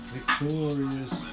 Victorious